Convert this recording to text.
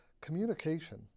Communication